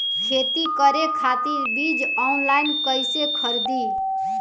खेती करे खातिर बीज ऑनलाइन कइसे खरीदी?